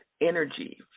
energy